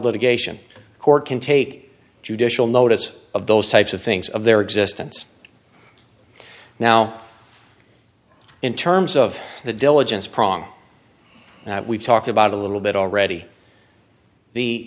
litigation court can take judicial notice of those types of things of their existence now in terms of the diligence prong that we've talked about a little bit already the